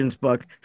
book